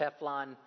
Teflon